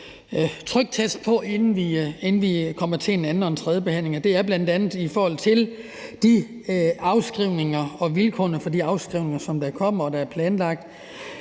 tryktest af, inden vi kommer til en anden og en tredje behandling. Det gælder bl.a. i forhold til de afskrivninger og vilkårene for de afskrivninger, som der er planlagt,